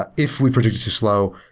ah if we predicted to slow,